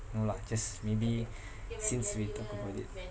no lah just maybe since we talked about it